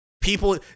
people